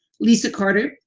lisa carter,